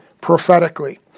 prophetically